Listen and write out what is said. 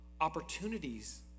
opportunities